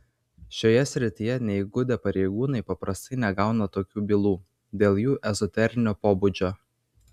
šioje srityje neįgudę pareigūnai paprastai negauna tokių bylų dėl jų ezoterinio pobūdžio